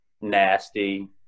nasty